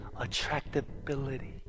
attractability